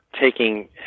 taking